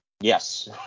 Yes